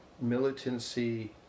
militancy